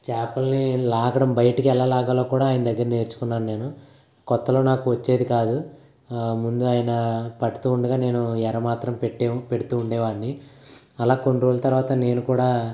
చేపలని లాగడం బయటికి ఎలా లాగాలో కూడా ఆయన దగ్గర నేర్చుకున్నాను నేను కొత్తలో నాకు వచ్చేది కాదు ముందు ఆయన పడుతు ఉండగా ఎర మాత్రం పెట్టి పెడుతు ఉండే వాడిని అలా కొన్ని రోజుల తరవాత నేను కూడా